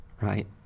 Right